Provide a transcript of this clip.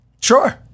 Sure